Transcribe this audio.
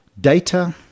data